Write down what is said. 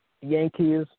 Yankees